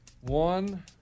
One